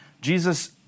Jesus